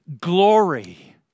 Glory